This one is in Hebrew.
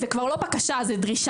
זו כבר לא בקשה, זו דרישה.